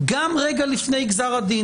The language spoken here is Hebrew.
גם רגע לפני גזר הדין.